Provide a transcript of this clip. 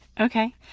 Okay